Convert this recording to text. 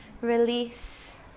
Release